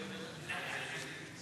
קשה להיות שר אוצר.